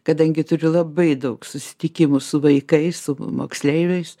kadangi turiu labai daug susitikimų su vaikais su moksleiviais